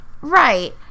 Right